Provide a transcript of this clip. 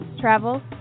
travel